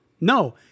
No